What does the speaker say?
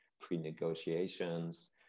pre-negotiations